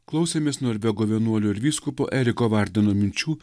klausėmės norvego vienuolio ir vyskupo eriko vardino minčių